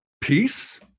peace